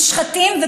נשחטים,